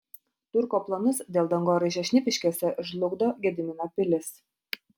turko planus dėl dangoraižio šnipiškėse žlugdo gedimino pilis